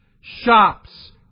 Shops